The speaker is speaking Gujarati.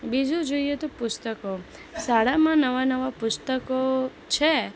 બીજું જોઈએ તો પુસ્તકો શાળામાં નવાં નવાં પુસ્તકો છે